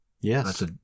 Yes